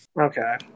Okay